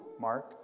Mark